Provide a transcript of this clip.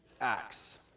Acts